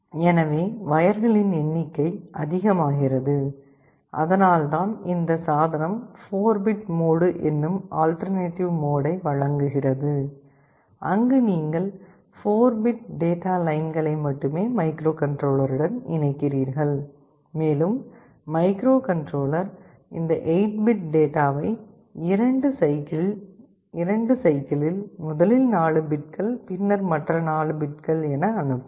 எனவே வயர்களின் எண்ணிக்கை அதிகமாகிறது அதனால்தான் இந்த சாதனம் 4 பிட் மோடு என்னும் ஆல்ட்டர்நேட்டிவ் மோடை வழங்குகிறது அங்கு நீங்கள் 4 பிட் டேட்டா லைன்களை மட்டுமே மைக்ரோகண்ட்ரோலருடன் இணைக்கிறீர்கள் மேலும் மைக்ரோகண்ட்ரோலர் இந்த 8 பிட் டேட்டாவை 2 சைக்கிளில் முதலில் 4 பிட்கள் பின்னர் மற்ற 4 பிட்கள் என அனுப்பும்